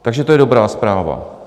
Takže to je dobrá zpráva.